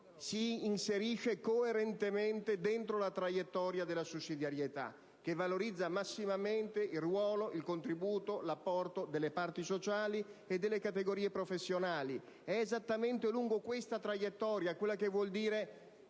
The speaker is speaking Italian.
si inserisce coerentemente dentro la traiettoria della sussidiarietà, che valorizza massimamente il ruolo, il contributo e l'apporto delle parti sociali e delle categorie professionali. È esattamente lungo questa traiettoria (che vuole dire